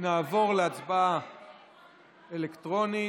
נעבור להצבעה אלקטרונית.